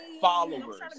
followers